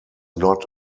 not